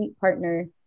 partner